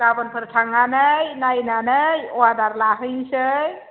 गाबोनफोर थांनानै नायनानै अवादार लाहैनोसै